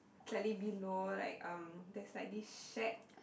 slightly below like uh there's like this shack